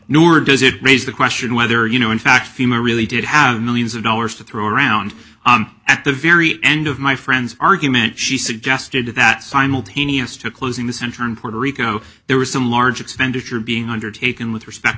nor does it raise the question whether you know in fact fema really did have millions of dollars to throw around at the very end of my friends argument she suggested that simultaneous to closing the center in puerto rico there was some large expenditure being undertaken with respect